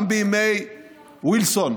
גם בימי וילסון,